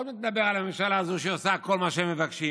עוד מעט נדבר על הממשלה הזו שעושה כל מה שהם מבקשים,